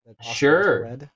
sure